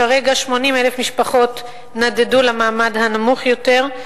כרגע 80,000 משפחות נדדו למעמד הנמוך יותר,